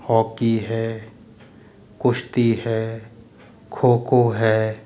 hockey है कुश्ती है खो खो है